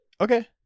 Okay